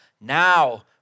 now